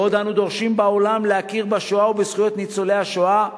בעוד אנו דורשים בעולם להכיר בשואה ובזכויות ניצולי השואה,